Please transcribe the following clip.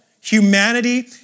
humanity